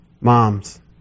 Moms